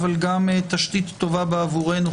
אבל גם תשתית טובה בעבורנו,